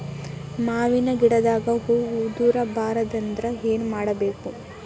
ಮಾವಿನ ಗಿಡದಾಗ ಹೂವು ಉದುರು ಬಾರದಂದ್ರ ಏನು ಮಾಡಬೇಕು?